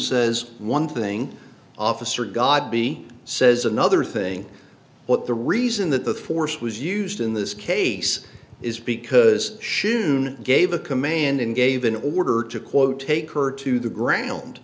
says one thing officer god b says another thing what the reason that the force was used in this case is because shewn gave a command and gave an order to quote take her to the ground